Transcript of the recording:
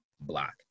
block